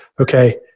Okay